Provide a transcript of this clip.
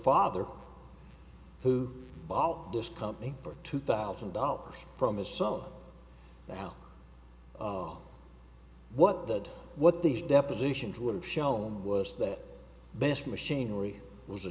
father who bought this company for two thousand dollars from his son out of what that what these depositions would have shown was that best machinery was a